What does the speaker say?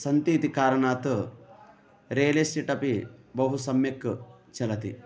सन्ति इति कारणात् रेल् एस्टेट् अपि बहु सम्यक् चलति